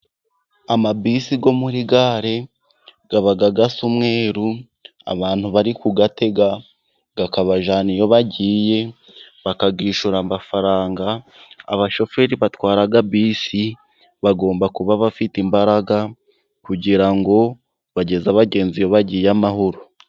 Ama bisi yo muri gare aba asa n'umweru, abantu bari ku yatega akabajyana iyo bagiye, bakayishyura amafaranga, abashoferi batwara bisi bagomba kuba bafite imbaraga, kugira ngo bageze abagenzi iyo bagiye amahoro.